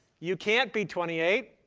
you can't beat twenty eight.